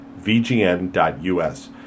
vgn.us